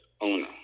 owner